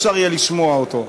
אפשר יהיה לשמוע אותו.